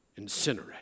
incinerate